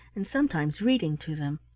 and sometimes reading to them.